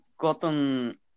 cotton